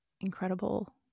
incredible